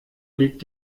liegt